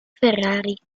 ferrari